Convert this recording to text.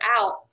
out